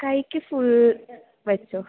കൈയ്ക്ക് ഫുൾ വെച്ചോ